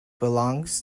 belongs